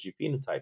phenotype